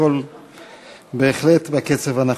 הכול בהחלט בקצב הנכון.